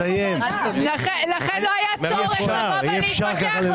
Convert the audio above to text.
לכן לא היה צורך לבוא ולהתווכח,